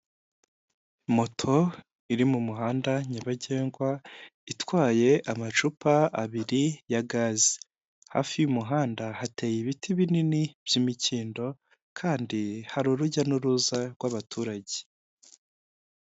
Moto iri mu muhanda nyabagendwa itwaye amacupa abiri ya gaze, hafi y'umuhanda hateye ibiti binini by'imikindo kandi hari urujya n'uruza rw'abaturage.